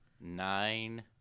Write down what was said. Nine